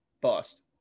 bust